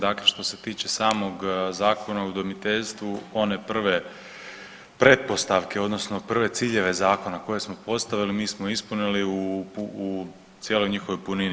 Dakle, što se tiče samog zakona o udomiteljstvu one prve pretpostavke odnosno prve ciljeve zakona koje smo postavili mi smo ispunili u cijeloj njihovoj punini.